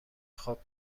خواب